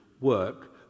work